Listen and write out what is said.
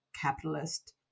capitalist